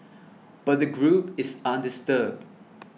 but the group is undisturbed